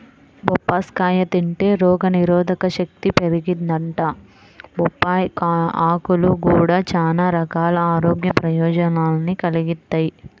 బొప్పాస్కాయ తింటే రోగనిరోధకశక్తి పెరిగిద్దంట, బొప్పాయ్ ఆకులు గూడా చానా రకాల ఆరోగ్య ప్రయోజనాల్ని కలిగిత్తయ్